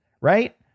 right